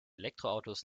elektroautos